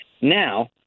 Now